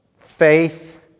faith